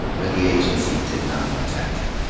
but the agency did not protect him.